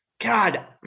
God